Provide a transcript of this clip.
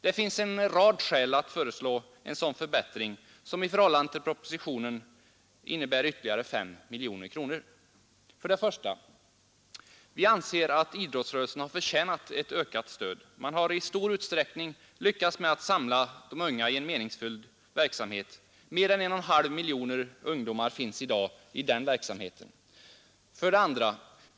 Det finns en rad skäl för att föreslå en sådan förbättring, som i förhållande till propositionen innebär ytterligare 5 miljoner kronor. 1. Vi anser att idrottsrörelsen har förtjänat ett ökat stöd. Man har i stor utsträckning lyckats med att samla de unga i en meningsfylld verksamhet. Mer än 1,5 miljoner ungdomar finns i dag i den verksamheten. 2.